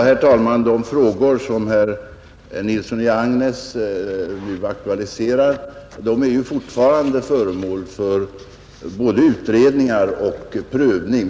Herr talman! De frågor som herr Nilsson i Agnäs nu aktualiserar är ju fortfarande föremål för både utredning och prövning.